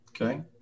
Okay